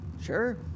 Sure